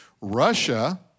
Russia